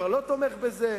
כבר לא תומך בזה?